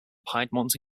piedmont